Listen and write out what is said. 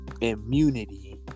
immunity